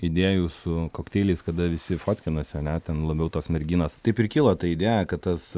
idėjų su kokteiliais kada visi fotkinasi ane ten labiau tos merginos taip ir kilo ta idėja kad tas